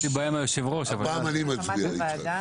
הקמת הוועדה.